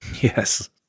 Yes